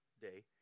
day